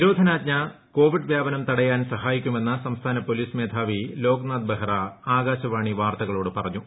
നിരോധനാജ്ഞ കോവിഡ് വ്യാപനം തടയാൻ സഹായിക്കുമെന്ന് സംസ്ഥാന പോലീസ് മേധാവി ലോക്നാഥ് ബെഹ്റ ആകാശവാണി വാർത്തകളോട് പറഞ്ഞു